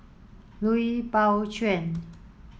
Lui Pao Chuen